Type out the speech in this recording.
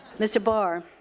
mr. barr,